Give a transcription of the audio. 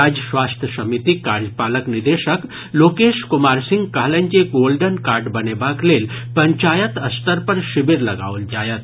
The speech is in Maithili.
राज्य स्वास्थ्य समितिक कार्यपालक निदेशक लोकेश कुमार सिंह कहलनि जे गोल्डन कार्ड बनेबाक लेल पंचायत स्तर पर शिविर लगाओल जायत